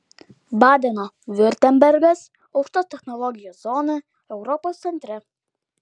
badeno viurtembergas aukštos technologijos zona europos centre